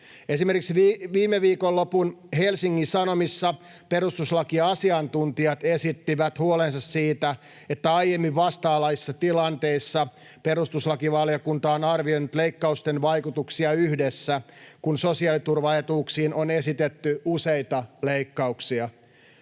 Esimerkiksi viime viikonlopun Helsingin Sanomissa perustuslakiasiantuntijat esittivät huolensa siitä, että aiemmin vastaavanlaisissa tilanteissa perustuslakivaliokunta on arvioinut leikkausten vaikutuksia yhdessä, kun sosiaaliturvaetuuksiin on esitetty useita leikkauksia.